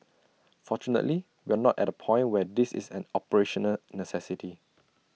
fortunately we are not at A point where this is an operational necessity